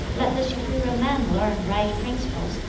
let the superior man learn right principles,